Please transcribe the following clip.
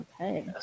Okay